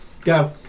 go